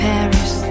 Paris